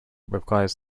requires